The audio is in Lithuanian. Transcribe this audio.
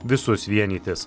visus vienytis